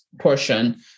portion